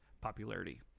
popularity